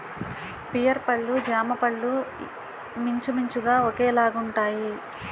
pear పళ్ళు జామపళ్ళు మించుమించుగా ఒకేలాగుంటాయి